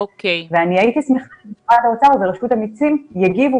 הייתי שמחה אם משרד האוצר ורשות המסים יגיבו